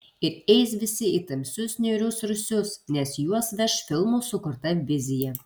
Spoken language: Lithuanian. ir eis visi į tamsius niūrius rūsius nes juos veš filmų sukurta vizija